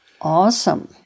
Awesome